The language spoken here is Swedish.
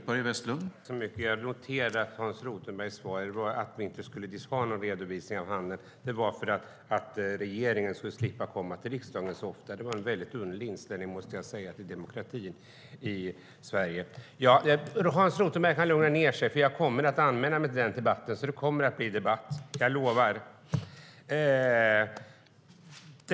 Herr talman! Jag noterar att Hans Rothenbergs svar på varför vi inte ska ha någon redovisning av handeln var att regeringen skulle slippa komma till riksdagen så ofta. Det var en väldigt underlig inställning till demokratin i Sverige. Hans Rothenberg kan lugna ned sig, för jag kommer att anmäla mig till den debatten. Det kommer att bli debatt - jag lovar!